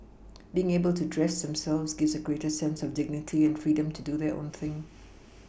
being able to dress themselves gives a greater sense of dignity and freedom to do their own thing